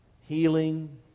healing